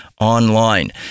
online